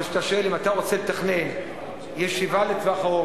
אבל כשאתה שואל אם אתה רוצה לתכנן ישיבה לטווח ארוך,